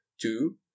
two